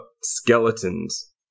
skeletons